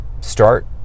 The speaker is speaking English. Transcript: start